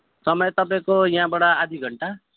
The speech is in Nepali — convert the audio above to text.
समय तपाईँको यहाँबाट आधी घन्टा